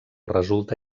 resulta